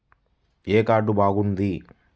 ఏ card బాగుంది?